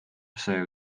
see